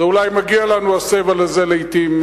לעתים אולי מגיע לנו הסבל הזה מכם.